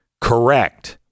Correct